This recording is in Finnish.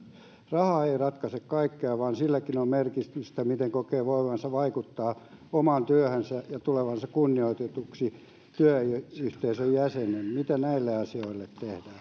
raha ei ratkaise kaikkea vaan silläkin on merkitystä miten kokee voivansa vaikuttaa omaan työhönsä ja tulevansa kunnioitetuksi työyhteisön jäsenenä mitä näille asioille tehdään